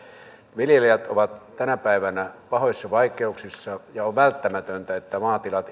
viljelijät ovat tänä päivänä pahoissa vaikeuksissa ja on välttämätöntä että maatilat